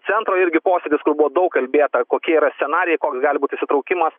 centro irgi posėdis kur buvo daug kalbėta kokie yra scenarijai koks gali būti įsitraukimas